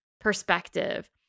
perspective